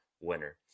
winner